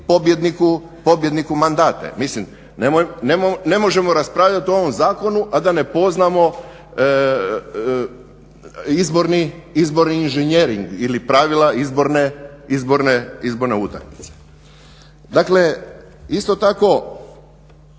pobjedniku mandate. Mislim ne možemo raspravljati o ovom zakonu a da ne poznamo izborni inženjering ili pravila izborne utakmice. Dakle isto tako